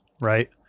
right